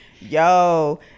yo